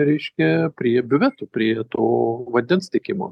reiškia prie biuveto prie to vandens tiekimo